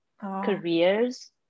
careers